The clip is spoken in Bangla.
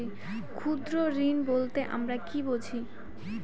ক্ষুদ্র ঋণ বলতে আমরা কি বুঝি?